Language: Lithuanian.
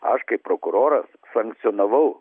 aš kaip prokuroras sankcionavau